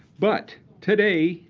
but today,